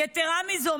יתרה מזו,